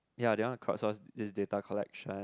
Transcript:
ya they want to crowdsource this data collection